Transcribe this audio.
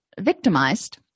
victimized